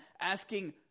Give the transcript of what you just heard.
asking